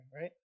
right